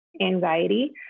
anxiety